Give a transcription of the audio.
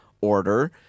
order